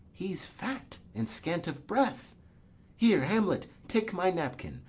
he's fat, and scant of breath here, hamlet, take my napkin,